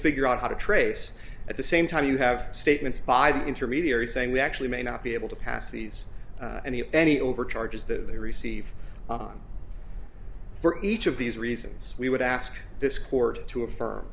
figure out how to trace at the same time you have statements by the intermediary saying we actually may not be able to pass these any any overcharges the receive on for each of these reasons we would ask this court to affirm